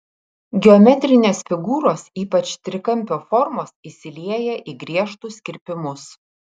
geometrinės figūros ypač trikampio formos įsilieja į griežtus kirpimus